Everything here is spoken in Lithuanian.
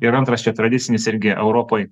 ir antras čia tradicinis irgi europoj